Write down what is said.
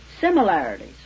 similarities